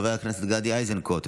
חברת הכנסת גדי איזנקוט,